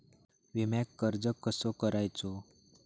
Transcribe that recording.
विम्याक अर्ज कसो करायचो?